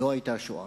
לא היתה שואה.